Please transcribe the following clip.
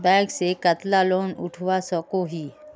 Bank से कतला loan उठवा सकोही?